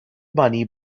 money